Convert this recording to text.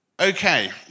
Okay